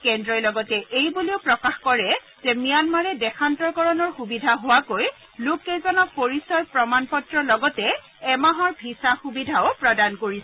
কেন্দ্ৰই লগতে এইবুলিও প্ৰকাশ কৰে যে ম্যানমাৰে দেশান্তৰকৰণৰ সুবিধা হোৱাকৈ লোককেইজনক পৰিচয় প্ৰমাণ পত্ৰ লগতে এমাহৰ ভিছাৰ সুবিধাও প্ৰদান কৰিছে